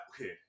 Okay